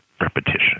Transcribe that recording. repetition